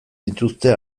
dituzte